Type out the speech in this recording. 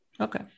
Okay